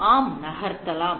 " ஆம் நகர்த்தலாம்